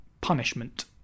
Punishment